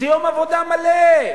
זה יום עבודה מלא,